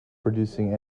producing